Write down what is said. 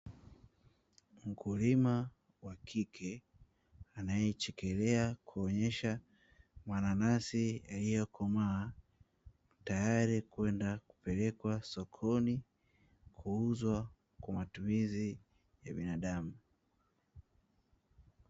Mkulima wa kike, anayechekelea kuonesha manansi yaliyokomaa; tayari kwenda kupelekwa sokoni kuuzwa kwa matumizi ya binadamu.